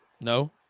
No